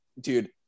dude